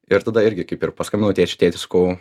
ir tada irgi kaip ir paskambinau tėčiui tėti sakau